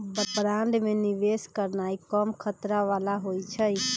bond में निवेश करनाइ कम खतरा बला होइ छइ